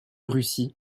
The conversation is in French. russie